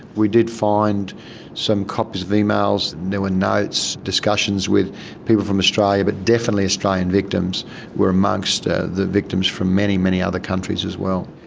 we did find some copies of emails, there were notes, discussions with people from australia but definitely australian victims were amongst the victims from many, many other countries as well.